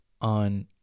on